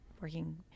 working